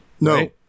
no